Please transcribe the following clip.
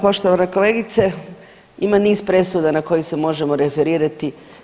Poštovana kolegice, ima niz presuda na koje se možemo referirati.